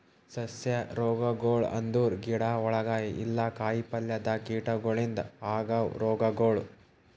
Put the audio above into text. ಸಸ್ಯ ರೋಗಗೊಳ್ ಅಂದುರ್ ಗಿಡ ಒಳಗ ಇಲ್ಲಾ ಕಾಯಿ ಪಲ್ಯದಾಗ್ ಕೀಟಗೊಳಿಂದ್ ಆಗವ್ ರೋಗಗೊಳ್